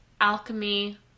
Alchemy